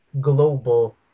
Global